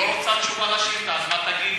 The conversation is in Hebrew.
היא לא רוצה תשובה על השאילתה, אז מה תגידי?